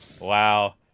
Wow